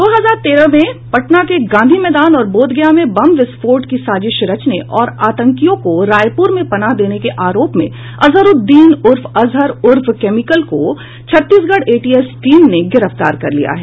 दो हजार तेरह में पटना के गांधी मैदान और बोधगया में बम विस्फोट की साजिश रचने और आतंकियों को रायपुर में पनाह देने के आरोप में अजहर उद्दीन खान उर्फ अजहर उर्फ केमिकल को छत्तीसगढ़ एटीएस टीम ने गिरफ्तार कर लिया है